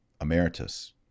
Emeritus